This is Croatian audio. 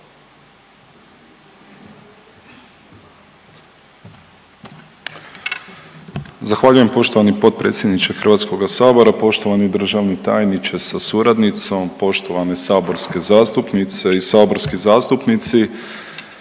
Zahvaljujem poštovani potpredsjedniče HS, poštovani državni tajniče sa suradnicom, poštovane saborske zastupnice i saborski zastupnici.